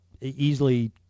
easily